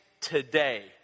today